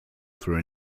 through